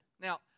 Now